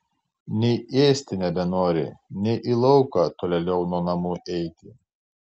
nei ėsti nebenori nei į lauką tolėliau nuo namų eiti